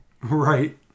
right